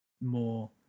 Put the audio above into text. more